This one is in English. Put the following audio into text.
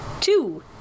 Two